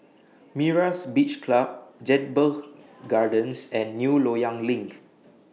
Myra's Beach Club Jedburgh Gardens and New Loyang LINK